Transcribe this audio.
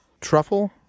Truffle